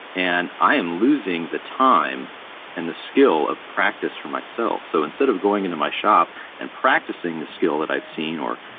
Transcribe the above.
and i am losing the time and the skill of practice for myself. so instead of going into my shop and practicing the skill that i've seen or,